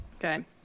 Okay